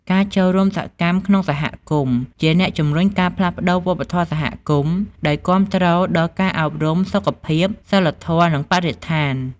ការចូលរួមសកម្មក្នុងសហគមន៍ ជាអ្នកជំរុញការផ្លាស់ប្តូរវប្បធម៌សហគមន៍ ដោយគាំទ្រដល់ការអប់រំ សុខភាព សីលធម៌ និងបរិស្ថាន។